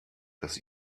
das